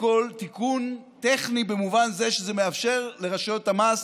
כול תיקון טכני במובן הזה שזה מאפשר לרשויות המס,